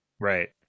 Right